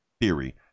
theory